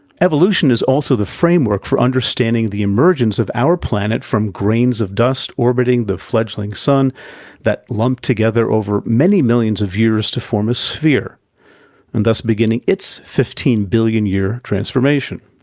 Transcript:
evolution is also the framework for understanding the emergence of our planet from grains of dust orbiting the fledgling sun that lumped together over many millions of years to form a sphere and thus beginning its fifteen billion year transformation.